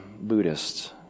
Buddhists